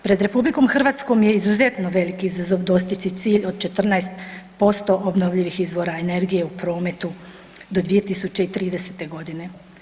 Pred RH je izuzetno veliki izazov dostići cilj od 14% obnovljivih izvora energije u prometu do 2030. godine.